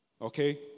Okay